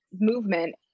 Movement